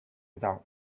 without